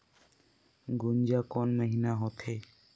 गुनजा कोन महीना होथे?